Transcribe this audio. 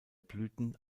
blüten